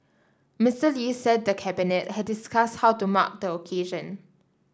Mister Lee said the Cabinet had discussed how to mark the occasion